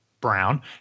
Brown